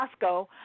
Costco